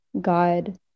God